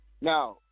Now